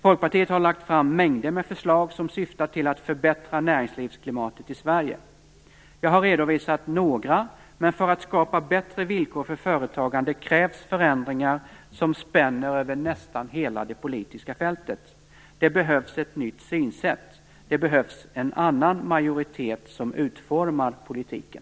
Folkpartiet har lagt fram mängder med förslag som syftar till att förbättra näringslivsklimatet i Sverige. Vi har redovisat några, men för att skapa bättre villkor för företagande krävs förändringar som spänner över nästan hela det politiska fältet. Det behövs ett nytt synsätt. Det behövs en annan majoritet som utformar politiken.